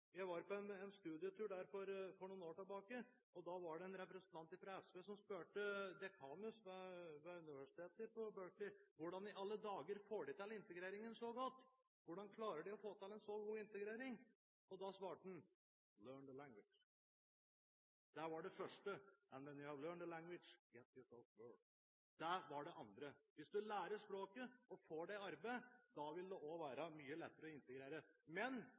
Jeg var på en studietur der for noen år tilbake. Da var det en representant fra SV som spurte dekanus ved universitetet i Berkeley: Hvordan i alle dager klarer dere å få til en så god integrering? Da svarte han: «Learn the language». Det var det første. «And when you have learned the language, get work». Det var det andre. Hvis du lærer språket og får deg arbeid, vil det òg være mye lettere å bli integrert. Men